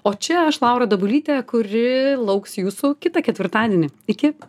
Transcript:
o čia aš laura dabulytė kuri lauks jūsų kitą ketvirtadienį iki